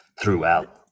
throughout